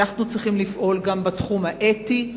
אנחנו צריכים לפעול גם בתחום האתי.